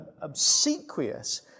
obsequious